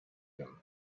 them